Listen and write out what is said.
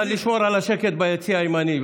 נא לשמור על השקט ביציע הימני.